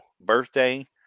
birthday